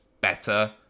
better